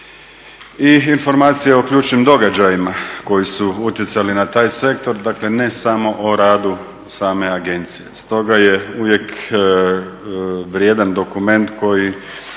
i informacija o ključnim događajima koji su utjecali na taj sektor, dakle ne samo o radu same agencije. Stoga je uvijek vrijedan dokument koji